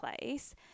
place